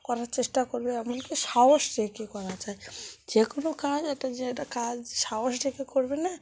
করার চেষ্টা করবে এমন কি সাহস রেখে করা চাই যে কোনো কাজ একটা যে একটা কাজ সাহস রেখে করবে না